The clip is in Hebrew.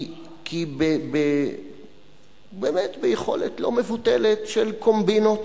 כי באמת ביכולת לא מבוטלת של קומבינות,